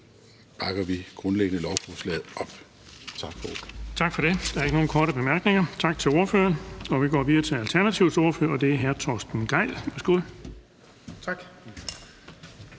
(Erling Bonnesen): Tak for det. Der er ikke nogen korte bemærkninger, så tak til ordføreren. Vi går videre til Alternativets ordfører, og det er hr. Torsten Gejl. Værsgo. Kl.